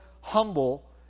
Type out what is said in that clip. humble